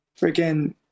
freaking